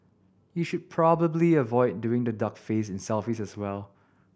you should probably avoid doing the duck face in selfies as well